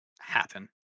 happen